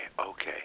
okay